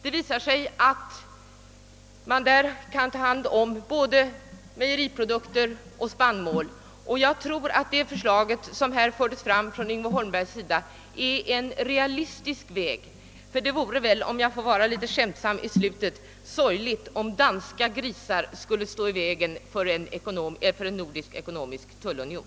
Det visar sig att man där kan ta hand om både mejeriprodukter och spannmål, och jag tror att det förslag som herr Holmberg förde fram är en realistisk väg att gå. Ty — om jag får sluta med att vara litet skämtsam — det vore väl sorgligt om danska grisar skulle stå i vägen för en nordisk ekonomisk tullunion.